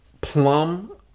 plum